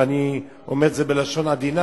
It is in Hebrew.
ואני אומר את זה בלשון עדינה,